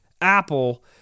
Apple